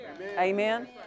Amen